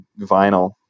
vinyl